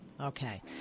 Okay